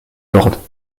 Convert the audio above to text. lords